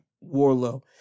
Warlow